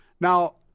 Now